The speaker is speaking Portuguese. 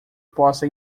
possa